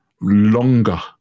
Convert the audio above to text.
longer